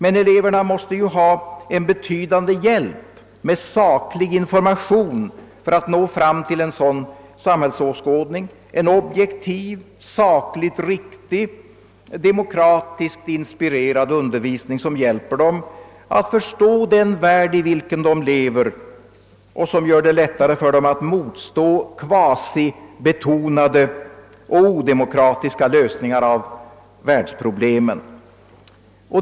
Men eleverna måste ju ha en betydande hjälp med saklig information för att nå fram till en sådan samhällsåskådning, en objektiv, sakligt riktig, demokratiskt inspirerad undervisning som hjälper dem att förstå den värld i vilken de lever och som gör det lättare för dem att motstå kvasibetonade och odemokratiska lösningar av världsproblemen.